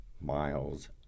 miles